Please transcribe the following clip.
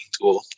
tool